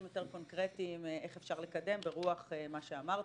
יותר קונקרטיים איך אפשר לקדם ברוח מה שאמרתן,